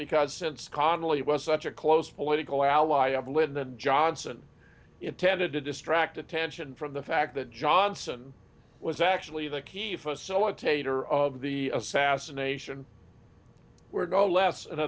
because since connally was such a close political ally of lyndon johnson intended to distract attention from the fact that johnson was actually the key facilitator of the assassination were no less an